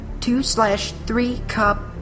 two-slash-three-cup